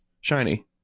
Shiny